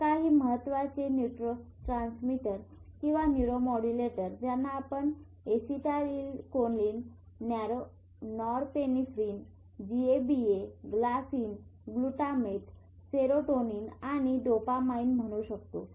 तर काही महत्त्वाचे न्यूरोट्रांसमीटर किंवा न्यूरो मॉड्युलेटर ज्यांना आपण acetylcholine norepinephrine GABA glycine glutamate serotonin आणि डोपामाइन म्हणू शकतो